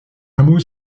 hameau